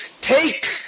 take